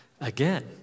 again